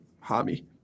hobby